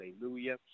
hallelujah